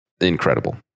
Incredible